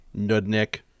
nudnik